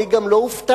אני גם לא הופתעתי,